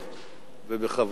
ובכבוד.